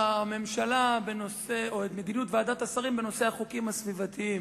הממשלה או את מדיניות ועדת השרים בנושא החוקים הסביבתיים.